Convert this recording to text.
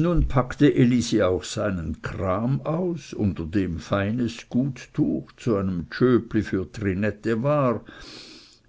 nun packte elisi auch seinen kram aus unter dem feines guttuch zu einem tschöpli für trinette war